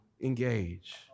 engage